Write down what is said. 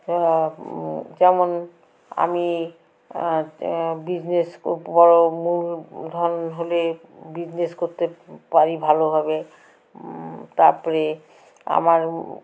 যেমন আমি বিজনেস বড়ো মূলধন হলে বিজনেস করতে পারি ভালোভাবে তারপরে আমার